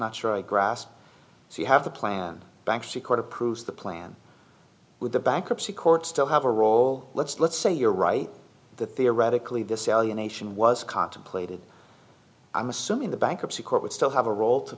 not sure i grasp so you have to plan bankruptcy court approves the plan with the bankruptcy court still have a role let's let's say you're right the theoretically the salutation was contemplated i'm assuming the bankruptcy court would still have a role to